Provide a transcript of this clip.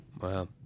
Wow